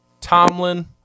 Tomlin